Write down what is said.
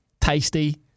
tasty